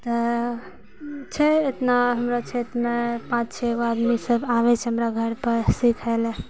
तऽ छै ईतना हमरा क्षेत्र मे पाँच छेगो आदमी सब आबै छै हमरा घर पे सिखै लए